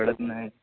कळत नाही